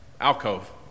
alcove